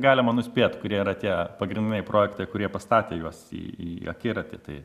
galima nuspėt kurie yra tie pagrindiniai projektai kurie pastatė juos į į akiratį tai